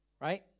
right